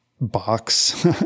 box